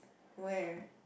where